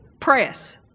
Press